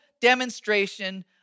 demonstration